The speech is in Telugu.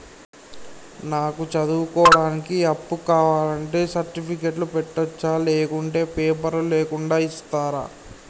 నాకు చదువుకోవడానికి అప్పు కావాలంటే సర్టిఫికెట్లు పెట్టొచ్చా లేకుంటే పేపర్లు లేకుండా ఇస్తరా?